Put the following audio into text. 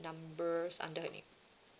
numbers under her name